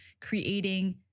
creating